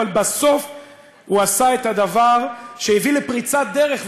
אבל בסוף הוא עשה את הדבר שהביא לפריצת דרך,